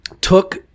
took